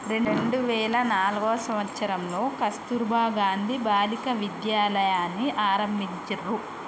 రెండు వేల నాల్గవ సంవచ్చరంలో కస్తుర్బా గాంధీ బాలికా విద్యాలయని ఆరంభించిర్రు